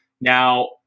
Now